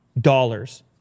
Dollars